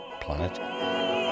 Planet